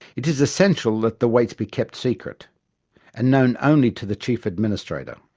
it is essential that the weights be kept secret and known only to the chief administrator.